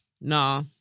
Nah